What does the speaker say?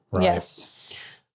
Yes